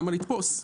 למה לתפוס.